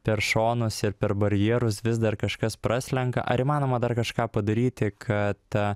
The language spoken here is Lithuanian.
per šonus ir per barjerus vis dar kažkas praslenka ar įmanoma dar kažką padaryti kad